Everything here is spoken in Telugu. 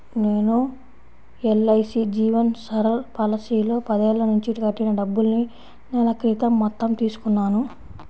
నేను ఎల్.ఐ.సీ జీవన్ సరల్ పాలసీలో పదేళ్ళ నుంచి కట్టిన డబ్బుల్ని నెల క్రితం మొత్తం తీసుకున్నాను